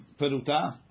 peruta